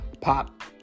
pop